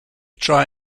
try